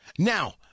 Now